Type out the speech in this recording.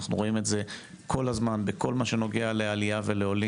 אנחנו רואים את זה כל הזמן בכל מה שנוגע לעליה ולעולים,